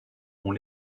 ont